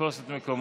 ולתפוס את מקומו,